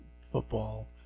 football